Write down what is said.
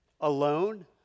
alone